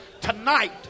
Tonight